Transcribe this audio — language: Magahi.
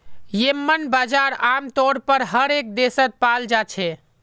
येम्मन बजार आमतौर पर हर एक देशत पाल जा छे